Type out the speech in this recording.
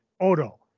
Odo